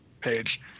page